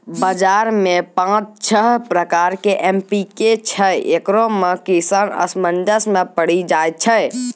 बाजार मे पाँच छह प्रकार के एम.पी.के छैय, इकरो मे किसान असमंजस मे पड़ी जाय छैय?